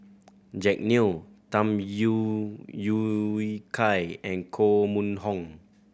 Jack Neo Tham You Yui Kai and Koh Mun Hong